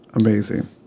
amazing